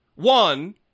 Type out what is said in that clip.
One